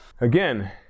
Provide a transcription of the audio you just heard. again